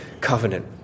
covenant